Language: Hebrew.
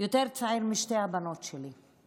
יותר צעיר משתי הבנות שלי,